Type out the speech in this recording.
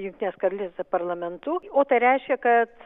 jungrinės karalystės parlamentu o tai reiškia kad